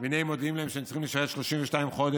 והינה מודיעים להם שהם צריכים לשלם 32 חודש,